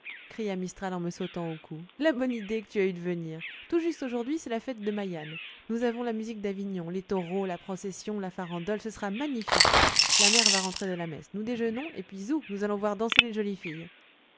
cria mistral en me sautant au cou la bonne idée que tu as eue de venir tout juste aujourd'hui c'est la fête de maillane nous avons la musique d'avignon les taureaux la procession la farandole ce sera magnifique la mère va rentrer de la messe nous déjeunons et puis zou nous allons voir danser les jolies filles